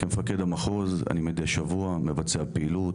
כמפקד המחוז אני מידי שבוע מבצע פעילות